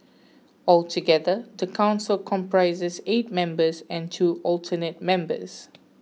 altogether the council comprises eight members and two alternate members